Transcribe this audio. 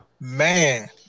Man